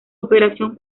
operación